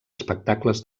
espectacles